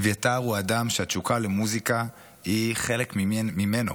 אביתר הוא אדם שהתשוקה למוזיקה היא חלק ממנו,